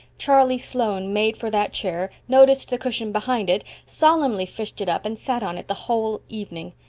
charlie sloane made for that chair, noticed the cushion behind it, solemnly fished it up, and sat on it the whole evening.